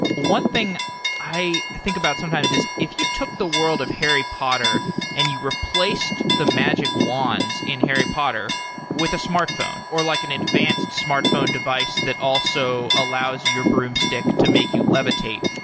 one thing i think about sometimes is if you took the world of harry potter and you replaced the magic wands in harry potter with a smartphone or like an advanced smartphone device that also allows your broomstick to make you levitate.